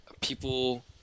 people